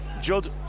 Judd